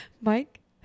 Mike